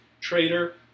trader